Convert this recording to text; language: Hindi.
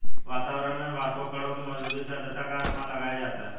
वातावरण में वाष्पकणों की मौजूदगी से आद्रता का अनुमान लगाया जाता है